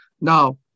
Now